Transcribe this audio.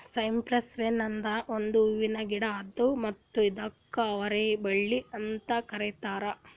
cypress vine ಅನದ್ ಒಂದು ಹೂವಿನ ಗಿಡ ಅದಾ ಮತ್ತ ಇದುಕ್ ಅವರಿ ಬಳ್ಳಿ ಅಂತ್ ಕರಿತಾರ್